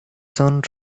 son